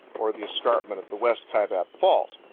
or the escarpment of the west kaibab fault.